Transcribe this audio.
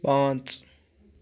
پانٛژھ